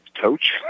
coach